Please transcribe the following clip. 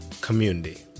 community